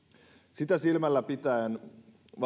sitä silmällä pitäen